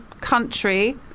country